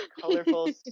colorful